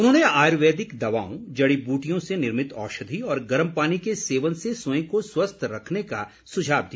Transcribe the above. उन्होंने आयुर्वेदिक दवाओं जड़ी ब्रटियों से निर्मित औषधि और गर्म पानी के सेवन से स्वयं को स्वस्थ रखने का सुझाव दिया